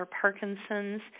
Parkinson's